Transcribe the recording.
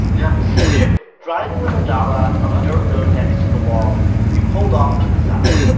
yeah it's, it's clear driving with abdallah on the dirt road next to the wall, we pulled off to the side.